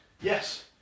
Yes